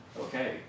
okay